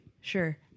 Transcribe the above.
sure